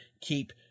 keep